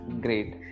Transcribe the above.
Great